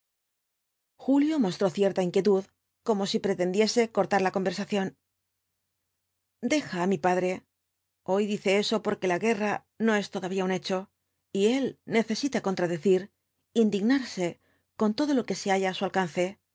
julio mostró cierta inquietud como si pretendiese ortar la conversación deja á mi padre hoy dice eso porque la guerra no es todavía un hecho y él necesita contradecir indignarse con todo lo que se halla á su alcance